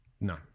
No